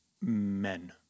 men